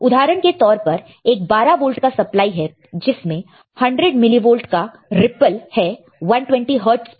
उदाहरण के तौर पर एक 12 वोल्ट का सप्लाई है जिसमें 100 मिली वोल्ट का रिप्पल है 120 हर्ट्ज़ पर